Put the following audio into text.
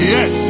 Yes